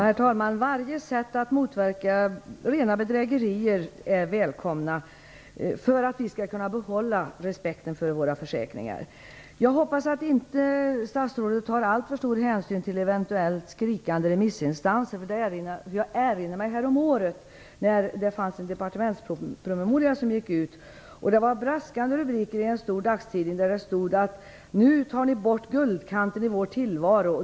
Herr talman! Varje sätt att motverka rena bedrägerier är välkommet, för att vi skall kunna behålla respekten för våra försäkringar. Jag hoppas att statsrådet inte tar alltför stor hänsyn till eventuellt skrikande remissinstanser. Jag erinrar mig häromåret, när det var en departementspromemoria som gick ut. Det blev då braskande rubriker i en stor dagstidning: Nu tar ni bort guldkanten i vår tillvaro.